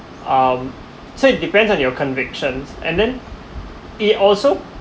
um so it depends on your convictions and then it also